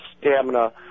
stamina